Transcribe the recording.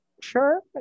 Sure